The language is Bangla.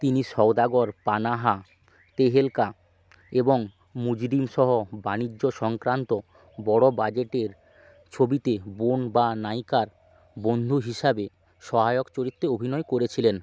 তিনি সওদাগর পানহা তেহেলকা এবং মুজরিম সহ বাণিজ্য সংক্রান্ত বড় বাজেটের ছবিতে বোন বা নায়িকার বন্ধু হিসাবে সহায়ক চরিত্রে অভিনয় করেছিলেন